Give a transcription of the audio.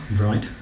Right